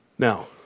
Now